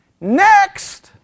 Next